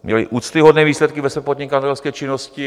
Měli úctyhodné výsledky ve své podnikatelské činnosti.